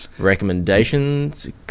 Recommendations